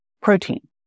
protein